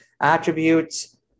attributes